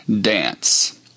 dance